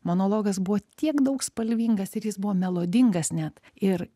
monologas buvo tiek daug spalvingas ir jis buvo melodingas net ir